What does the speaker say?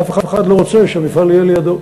אף אחד לא רוצה שהמפעל יהיה לידו.